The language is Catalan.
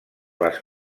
les